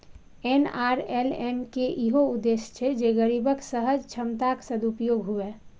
NRLM के इहो उद्देश्य छै जे गरीबक सहज क्षमताक सदुपयोग हुअय